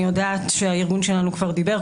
אני יודעת שהארגון שלנו כבר דיבר,